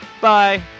Bye